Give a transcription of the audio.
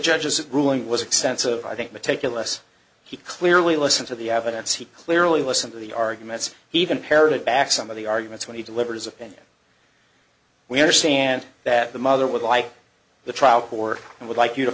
judge's ruling was extensive i think meticulous he clearly listened to the evidence he clearly listened to the arguments even parroted back some of the arguments when he delivers opinion we understand that the mother would like the trial court and would like you to